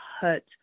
hut